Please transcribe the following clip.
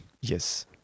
Yes